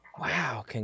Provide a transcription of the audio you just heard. Wow